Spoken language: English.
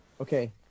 Okay